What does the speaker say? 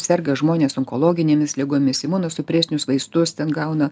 serga žmonės onkologinėmis ligomis imunosupresinius vaistus ten gauna